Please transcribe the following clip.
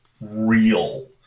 real